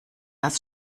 das